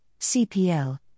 CPL